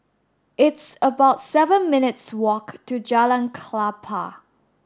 it's about seven minutes' walk to Jalan Klapa